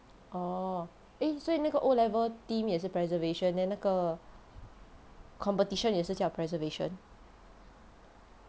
orh eh 所以那个 O-level theme 也是 preservation then 那个 competition 也是叫 preservation